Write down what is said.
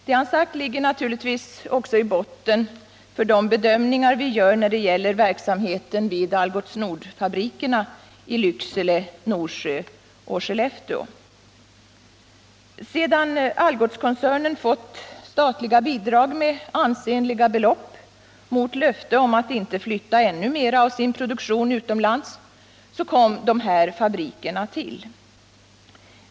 Det han sagt ligger naturligtvis också i botten för de bedömningar vi gör när det gäller verksamheten vid Algots Nord-fabrikerna i Lycksele, Norsjö och Skellefteå. Sedan Algotskoncernen fått statliga bidrag med ansenliga belopp mot löfte om att inte flytta ännu mer av sin produktion utomlands kom dessa fabriker till.